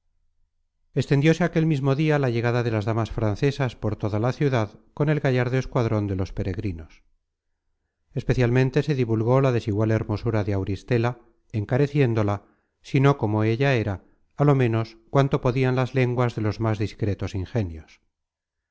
croriano extendióse aquel mismo dia la llegada de las damas francesas por toda la ciudad con el gallardo escuadron de los peregrinos especialmente se divulgó la desigual hermosura de auristela encareciéndola si no como ella era á lo ménos cuanto podian las lenguas de los más discretos ingenios